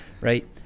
right